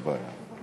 אין בעיה.